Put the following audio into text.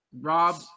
Rob